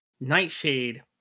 Nightshade